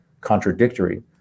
contradictory